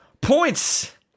Points